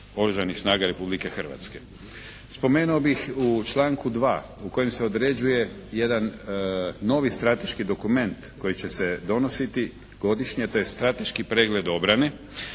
Oružanih snaga Republike Hrvatske. Spomenuo bih u članku 2. u kojem se određuje jedan novi strateški dokument koji će se donositi godišnje to je strateški pregled obrane.